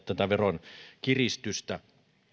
tätä veron kiristystä oluisiin